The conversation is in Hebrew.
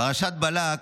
פרשת בלק: